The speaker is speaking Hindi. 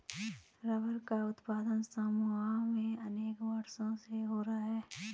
रबर का उत्पादन समोआ में अनेक वर्षों से हो रहा है